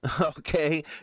okay